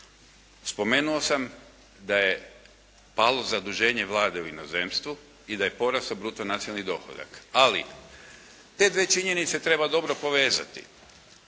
Spomenuo sam da je palo zaduženje Vlade u inozemstvu i da je porastao bruto nacionalni dohodak. Ali, te dvije činjenice treba dobro povezati.